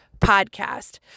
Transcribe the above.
podcast